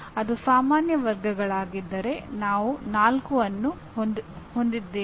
ಅದು ಸಾಮಾನ್ಯ ವರ್ಗಗಳಾಗಿದ್ದರೆ ನಾವು 4 ಅನ್ನು ಹೊಂದಿದ್ದೇವೆ